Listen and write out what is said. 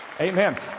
Amen